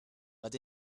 but